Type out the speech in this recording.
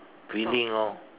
cleaning orh